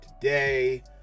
today